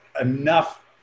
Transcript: enough